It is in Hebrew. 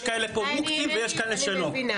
יש כאלה פה מוקצים ויש כאלה שלא.